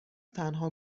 تنها